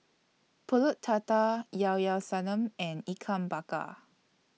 Pulut Tatal Llao Llao Sanum and Ikan Bakar